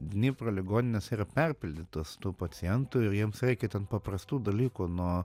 dnipro ligoninės yra perpildytos tų pacientų ir jiems reikia ten paprastų dalykų nuo